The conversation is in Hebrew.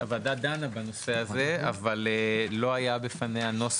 או על בעלי אישור